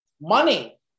money